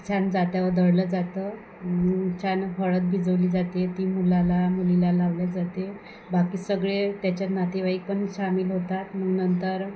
छान जात्यावर दळलं जातं छान हळद भिजवली जाते ती मुलाला मुलीला लावली जाते बाकी सगळे त्याच्यात नातेवाईक पण सामील होतात मग नंतर